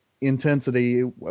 intensity